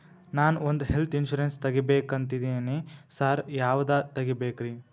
ನಾನ್ ಒಂದ್ health insurance ತಗಬೇಕಂತಿದೇನಿ sir ಯಾವದ ತಗಬೇಕ್ರಿ?